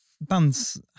bands